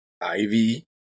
ivy